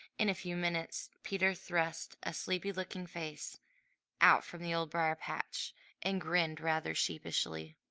in a few minutes peter thrust a sleepy-looking face out from the old briar-patch and grinned rather sheepishly.